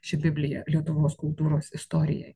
ši biblija lietuvos kultūros istorijai